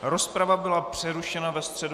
Rozprava byla přerušena ve středu.